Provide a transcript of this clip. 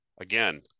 Again